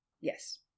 yes